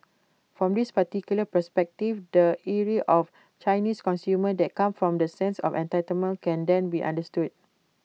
from this particular perspective the ire of Chinese consumers that come from the sense of entitlement can then be understood